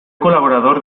colaborador